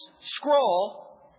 scroll